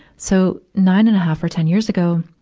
so, nine and a half or ten years ago,